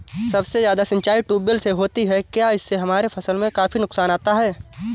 सबसे ज्यादा सिंचाई ट्यूबवेल से होती है क्या इससे हमारे फसल में काफी नुकसान आता है?